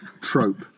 trope